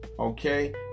Okay